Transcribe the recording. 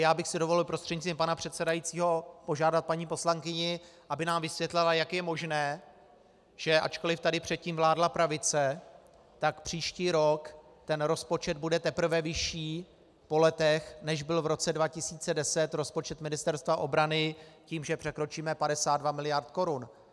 Já bych si dovolil prostřednictvím pana předsedajícího požádat paní poslankyni, aby nám vysvětlila, jak je možné, že ačkoliv tady předtím vládla pravice, tak příští rok rozpočet bude teprve vyšší po letech, než byl v roce 2010 rozpočet Ministerstva obrany, tím, že překročíme 52 mld. korun.